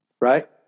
Right